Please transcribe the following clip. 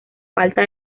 falta